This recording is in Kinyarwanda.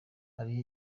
hari